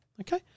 okay